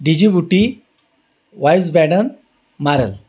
Djibouti वाईवजबॅडन मारल